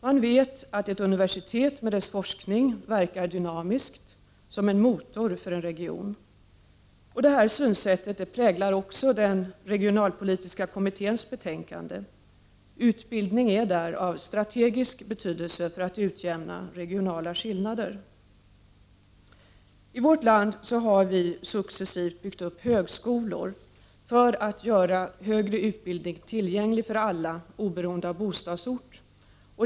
Man vet att ett universitet med dess forskning verkar dynamiskt, som en motor för en region. Det här synsättet präglar också den regionalpolitiska kommitténs betänkande — utbildning är där av strategisk betydelse för att utjämna regionala skillnader. I vårt land har vi successivt byggt upp högskolor för att göra högre utbildning tillgänglig för alla oberoende av bostadsort.